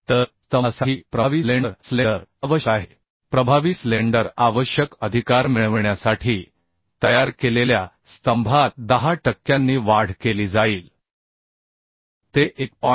तर स्तंभासाठी प्रभावी स्लेंडर आवश्यक आहे प्रभावी स्लेंडर आवश्यक अधिकार मिळविण्यासाठी तयार केलेल्या स्तंभात 10 टक्क्यांनी वाढ केली जाईल ते 1